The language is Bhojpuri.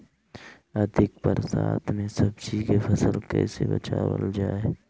अधिक बरसात में सब्जी के फसल कैसे बचावल जाय?